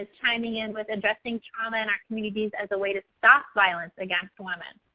is chiming in with addressing trauma in our communities as a way to stop violence against women.